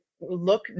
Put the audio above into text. look